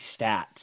stats